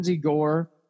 Gore